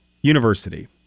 university